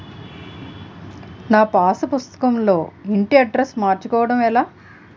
నా పాస్ పుస్తకం లో ఇంటి అడ్రెస్స్ మార్చుకోవటం ఎలా?